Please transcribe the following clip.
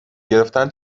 گرفتن